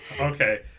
Okay